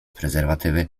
prezerwatywy